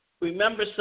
remember